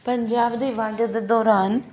ਪੰਜਾਬ ਦੀ ਵੰਡ ਦੇ ਦੌਰਾਨ